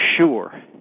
sure